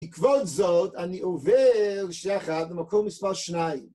בעקבות זאת אני עובר שנייה אחת למקור מספר שניים